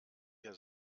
ihr